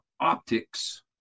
optics